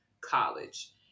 college